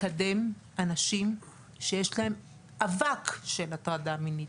לקדם אנשים שיש להם אבק של הטרדה מינית.